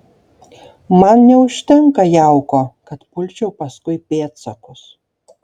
man neužtenka jauko kad pulčiau paskui pėdsakus